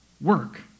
Work